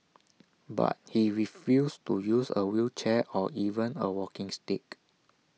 but he refused to use A wheelchair or even A walking stick